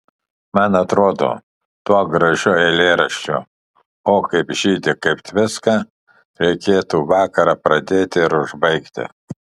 man atrodo tuo gražiu eilėraščiu o kaip žydi kaip tviska reikėtų vakarą pradėti ir užbaigti